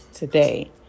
today